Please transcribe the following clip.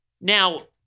Now